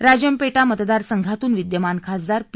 राजमपेटा मतदार संघातून विद्यमान खासदार पी